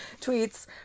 tweets